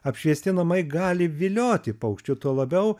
apšviesti namai gali vilioti paukštį tuo labiau